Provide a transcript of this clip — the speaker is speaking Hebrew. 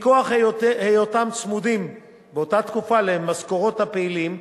מכוח היותם צמודים באותה תקופה למשכורות הפעילים,